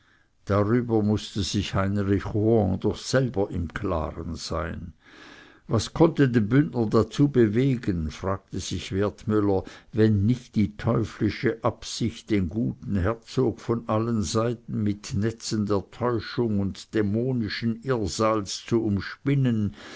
darüber mußte sich heinrich rohan doch selber im klaren sein was konnte den bündner dazu bewegen fragte sich wertmüller wenn nicht die teuflische absicht den guten herzog von allen seiten mit netzen der täuschung und dämoschen irrsals zu umspinnen